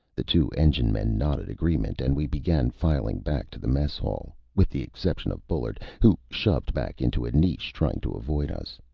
the two engine men nodded agreement, and we began filing back to the mess hall, with the exception of bullard, who shoved back into a niche, trying to avoid us.